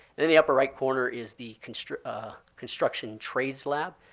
the the upper right corner is the construction construction trades lab.